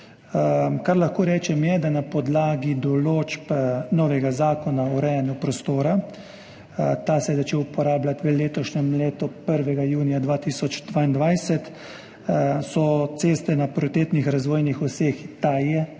Kar lahko rečem, je, da so na podlagi določb novega Zakona o urejanju prostora, ta se je začel uporabljati v letošnjem letu, 1. junija 2022, ceste na prioritetnih razvojnih oseh – ta je